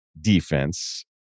defense